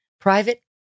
Private